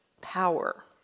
power